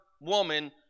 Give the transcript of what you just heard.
woman